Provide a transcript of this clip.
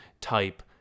type